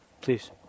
Please